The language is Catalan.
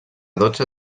dotze